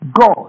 God